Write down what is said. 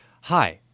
hi